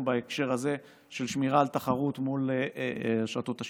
בהקשר הזה של שמירה על תחרות מול רשתות השיווק.